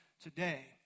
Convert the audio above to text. today